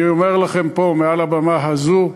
אני אומר לכם פה, מעל הבמה הזו,